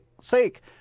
sake